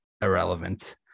irrelevant